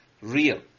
real